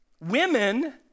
Women